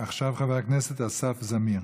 עכשיו חבר הכנסת אסף זמיר.